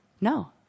No